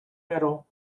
medal